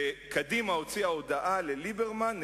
קדימה הוציאה הודעה לליברמן: